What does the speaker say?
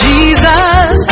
Jesus